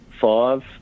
five